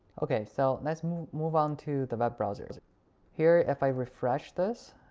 okay so let's move on to the web browser here if i refresh this